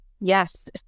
Yes